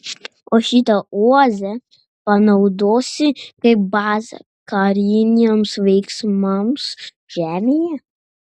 o šitą oazę panaudosi kaip bazę kariniams veiksmams žemėje